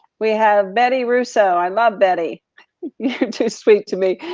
we have betty russo. i love betty, you're too sweet to me.